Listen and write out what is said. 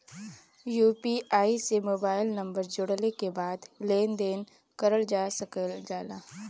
UPI से mobile number जोड़ले के बाद लेन देन करल जा सकल जाला